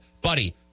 buddy